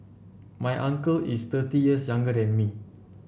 my uncle is thirty years younger than me